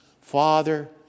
Father